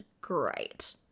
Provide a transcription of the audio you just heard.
great